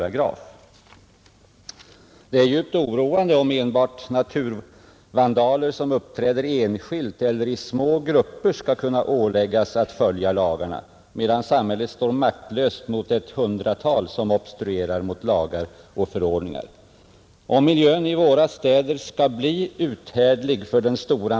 Nr 89 Det är djupt oroande om enbart naturvandaler som uppträder enskilt Tisdagen den eller i små grupper skall kunna åläggas att följa lagarna, medan samhället 18 maj 1971 står maktlöst mot ett hundratal som obstruerar mot lagar och förord ningar. Om miljön i våra städer skall bli uthärdlig för den stora Ang.